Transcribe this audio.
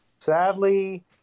Sadly